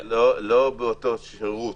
לא באותו השירות.